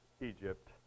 Egypt